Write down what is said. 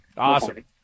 Awesome